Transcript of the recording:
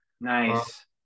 Nice